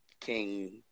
king